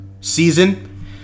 season